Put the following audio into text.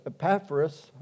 Epaphras